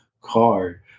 card